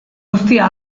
guztia